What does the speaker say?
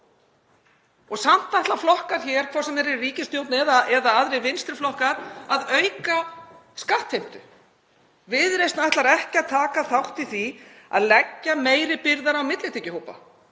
Samt ætla flokkar hér, hvort sem þeir eru í ríkisstjórn eða aðrir vinstri flokkar, að auka skattheimtu. Viðreisn ætlar ekki að taka þátt í því að leggja meiri byrðar á millitekjuhópa.